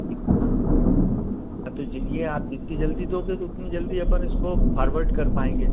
जी हाँ हाँ तो जाइए आप जितनी जल्दी दोगे तो उतनी जल्दी अपन इसको फॉरवॉर्ड कर पाएंगे